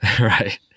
Right